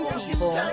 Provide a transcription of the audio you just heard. people